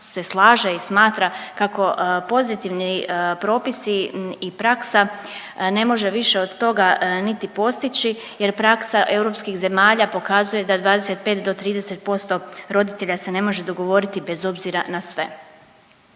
se slaže i smatra kako pozitivni propisi i praksa ne može više od toga niti postići jer praksa europskih zemalja pokazuje da 25 do 30% roditelja se ne može dogovoriti bez obzira na sve.